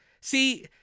see